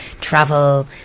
travel